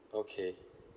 okay